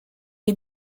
est